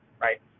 right